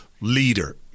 leader